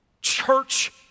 Church